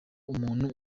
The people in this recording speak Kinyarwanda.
umuntu